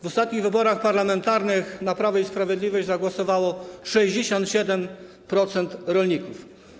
W ostatnich wyborach parlamentarnych na Prawo i Sprawiedliwość zagłosowało 67% rolników.